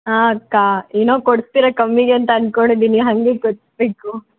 ಆಂ ಅಕ್ಕ ಏನೋ ಕೊಡಿಸ್ತೀರಾ ಕಮ್ಮಿಗೆ ಅಂತ ಅನ್ಕೊಂಡಿದ್ದೀನಿ ಹಾಗೆ ಕೊಡಿಸ್ಬೇಕು